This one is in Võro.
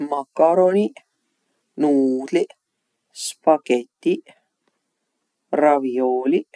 Makaroniq, nuudliq, spagetiq, raviooliq.